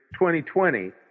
2020